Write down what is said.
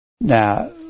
now